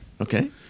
Okay